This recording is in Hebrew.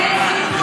זו הזדמנות.